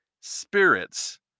spirits